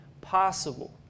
possible